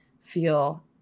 feel